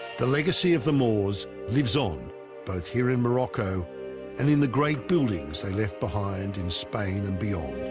the legacy of the moors lives on both here in morocco and in the great buildings they left behind in spain and beyond